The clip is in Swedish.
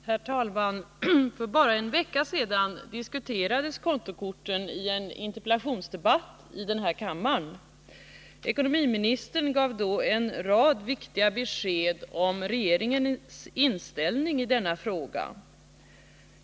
Herr talman! För bara en vecka sedan diskuterades kontokorten i en interpellationsdebatt i den här kammaren. Ekonomiministern gav då en rad viktiga besked om regeringens inställning i denna fråga.